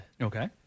Okay